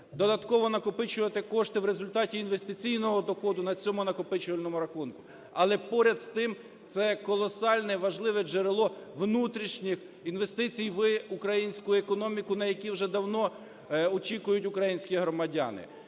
додатково накопичувати кошти в результаті інвестиційного доходу на цьому накопичувальному рахунку. Але, поряд з тим, це колосальне, важливе джерело внутрішніх інвестицій в українську економіку, на які вже давно очікують українські громадяни.